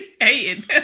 Hating